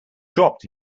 dropped